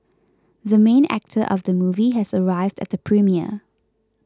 the main actor of the movie has arrived at the premiere